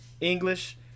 English